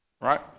Right